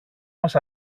μας